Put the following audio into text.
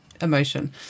emotion